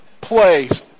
place